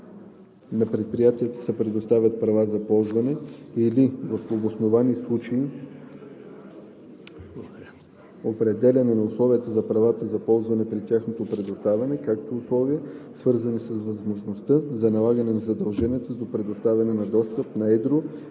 на предприятията се предоставят права за ползване, или, в обосновани случаи, определяне на условия за правата за ползване при тяхното предоставяне, като условия, свързани с възможността за налагане на задължения за предоставяне на достъп на едро